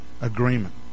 agreement